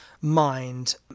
mind